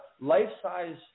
life-size